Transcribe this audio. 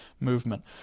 movement